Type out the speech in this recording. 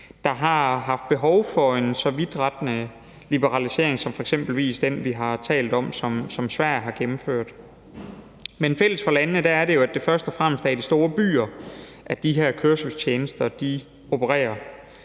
der har haft behov for en så vidtgående liberalisering som f.eks. den, vi har talt om, som Sverige har gennemført. Men fælles for landene er jo, at det først og fremmest er i de store byer, at de her kørselstjenester opererer.